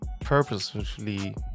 purposefully